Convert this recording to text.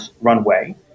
runway